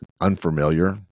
unfamiliar